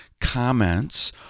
comments